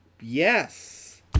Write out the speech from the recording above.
yes